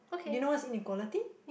you know what's inequality